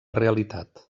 realitat